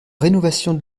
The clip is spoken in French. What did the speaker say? rénovation